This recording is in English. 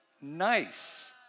Nice